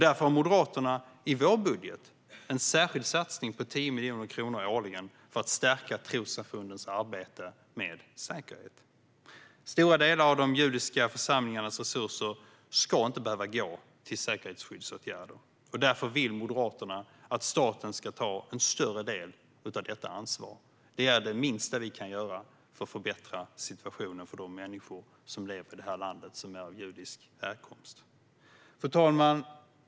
Därför har vi i Moderaterna i vår budget en särskild satsning på 10 miljoner kronor årligen för att stärka trossamfundens arbete med säkerhet. Stora delar av de judiska församlingarnas resurser ska inte behöva gå till säkerhetsskyddsåtgärder. Därför vill Moderaterna att staten ska ta en större del av detta ansvar. Det är det minsta vi kan göra för att förbättra situationen för de människor av judisk härkomst som lever i det här landet. Fru talman!